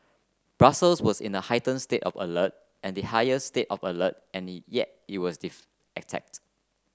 Brussels was in a heighten state of alert and the highest state of alert and yet it was attacked